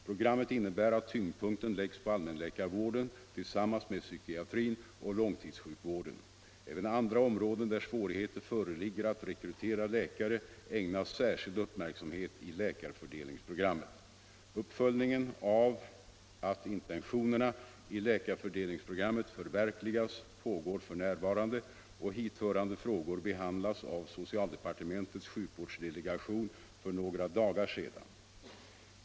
Programmet innebär att tyngdpunkten läggs på allmänläkarvården tillsammans med psykiatrin och långtidssjukvården. Även andra områden där svårigheter föreligger att rekrytera läkare ägnas särskild uppmärksamhet i läkarfördelningsprogrammet. Uppföljningen av att intentionerna i läkarfördelningsprogrammet förverkligas pågår f. n. och hithörande frågor behandlades av socialdepartementets sjukvårdsdelegation för några dagar sedan.